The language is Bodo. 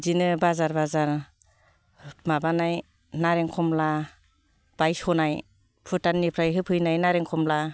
बिदिनो बाजार बाजार माबानाय नारेंखमला बायस'नाय भुटाननिफ्राय होफैनाय नारेंखमला